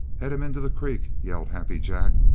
head him into the creek, yelled happy jack,